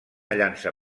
llança